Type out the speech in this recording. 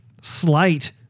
slight